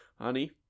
Honey